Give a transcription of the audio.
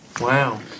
wow